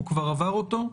הוא כבר עבר אותו,